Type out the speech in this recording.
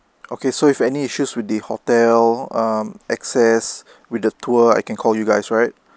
okay so if any issues with the hotel um access with the tour I can call you guys right